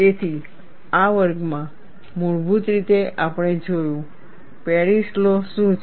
તેથી આ વર્ગમાં મૂળભૂત રીતે આપણે જોયું પેરિસ લૉ શું છે